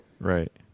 right